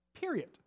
Period